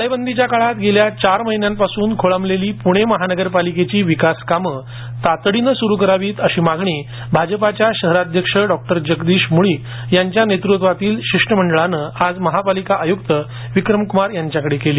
टाळेबंदीच्या काळात गेल्या चार महिन्यांपासून खोळंबलेली पुणे महापालिकेची विकासकामं तातडीने सुरू करावीत अशी मागणी भाजपाच्या शहराध्यक्ष जगदीश मुळीक यांच्या नेतृत्वातील शिष्टमंडळानं आज पालिका आयुक्त विक्रम कुमार यांच्याकडे केली